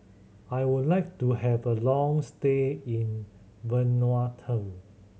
I would like to have a long stay in Vanuatu